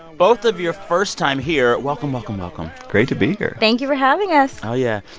both of your first time here welcome, welcome, welcome great to be here thank you for having us oh, yeah.